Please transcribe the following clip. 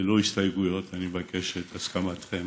ללא הסתייגויות, ואני מבקש את הסכמתכם